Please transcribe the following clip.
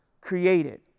created